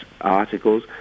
articles